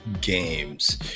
games